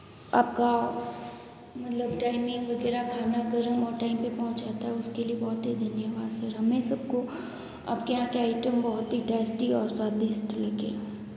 आपका मतलब टाइमिंग वगैरह खाना गर्म और और टाइम पे पहुँचा था उसके लिए बहुत ही धन्यवाद सर हमें सबको आपके यहाँ के आइटम बहुत ही टेस्टी और स्वादिस्ट स्वादिष्ट लगे